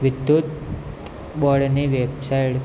વિદ્યુત બોર્ડની વેબસાઈડ